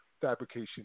fabrication